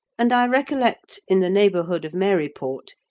and i recollect, in the neighbourhood of maryport,